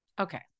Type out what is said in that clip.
Okay